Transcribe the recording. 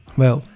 well,